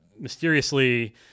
mysteriously